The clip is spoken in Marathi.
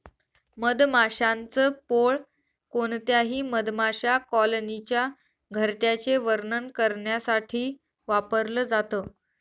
मधमाशांच पोळ कोणत्याही मधमाशा कॉलनीच्या घरट्याचे वर्णन करण्यासाठी वापरल जात